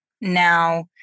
now